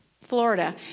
Florida